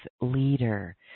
leader